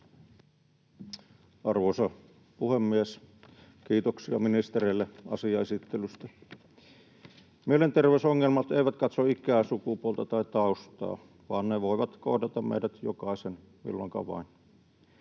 Arvoisa puhemies! Kiitoksia ministereille asian esittelystä. Mielenterveysongelmat eivät katso ikää, sukupuolta tai taustaa, vaan ne voivat kohdata meidät jokaisen milloinka vain.